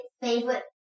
favorite